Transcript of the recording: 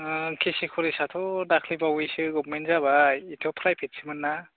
केसि कलेजआथ' दासो बावैसो गभर्नमेन्ट जाबाय बेथ' प्राइभेटसोमोन ना